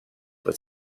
with